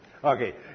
Okay